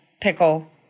pickle